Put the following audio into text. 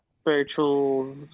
spiritual